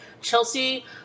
Chelsea